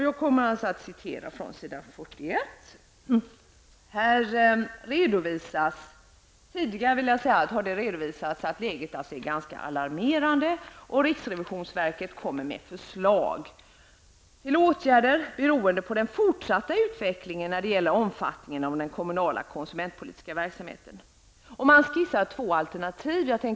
Jag skall citera vad som står på s. 41 i riksrevisionsverkets rapport. Men först vill jag bara säga att man tidigare har redovisat ett ganska alarmerande läge. Riksrevisionsverket kommer med ''förslag till åtgärder beroende på den fortsatta utvecklingen när det gäller omfattningen av den kommunala konsumentpolitiska verksamheten''. Två alternativ skissas.